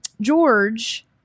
George